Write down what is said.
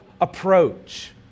approach